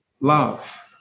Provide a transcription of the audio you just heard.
love